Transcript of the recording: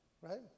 Right